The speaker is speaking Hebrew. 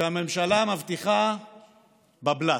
והממשלה מבטיחה בבל"ת.